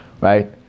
right